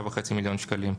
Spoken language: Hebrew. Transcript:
שהוא כ-6.5 מיליון שקלים,